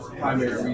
primary